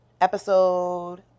Episode